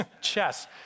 chess